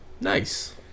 Nice